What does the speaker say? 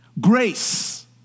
Grace